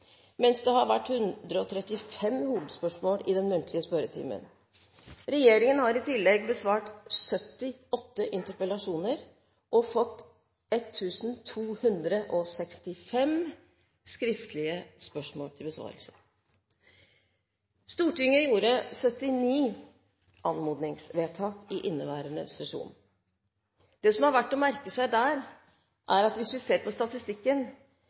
mens det har vært 135 hovedspørsmål i den muntlige spørretimen. Regjeringen har i tillegg besvart 78 interpellasjoner og fått 1 265 På daværende tidspunkt var det levert inn 1 265 skriftlige spørsmål til besvarelse.